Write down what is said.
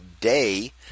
day